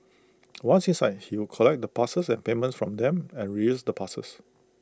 once inside he would collect the passes and payments from them and reuse the passes